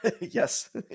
Yes